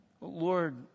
Lord